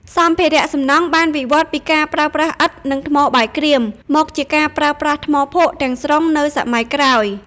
សម្ភារៈសំណង់បានវិវត្តពីការប្រើប្រាស់ឥដ្ឋ និងថ្មបាយក្រៀម មកជាការប្រើប្រាស់ថ្មភក់ទាំងស្រុងនៅសម័យក្រោយ។